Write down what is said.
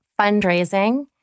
fundraising